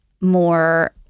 more